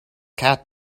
cat